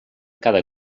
cada